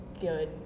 good